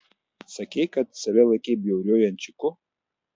sakei kad save laikei bjauriuoju ančiuku